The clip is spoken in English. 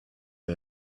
for